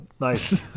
nice